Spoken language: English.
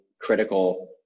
critical